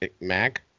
Mac